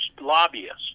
lobbyists